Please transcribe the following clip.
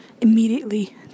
immediately